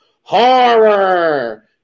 horror